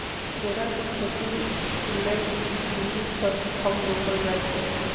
केरा के खेती लेल उचित दुरी पर थम रोपल जाइ छै